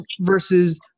versus